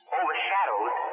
overshadowed